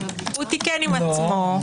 הוא תיקן עם עצמו.